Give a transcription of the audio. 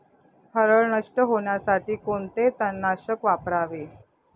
हरळ नष्ट होण्यासाठी कोणते तणनाशक वापरावे?